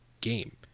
game